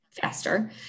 faster